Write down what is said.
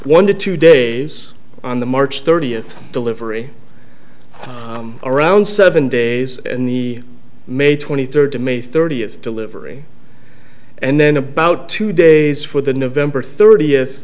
one to two days on the march thirtieth delivery around seven days in the may twenty third to may thirtieth delivery and then about two days for the nov thirtieth